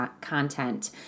content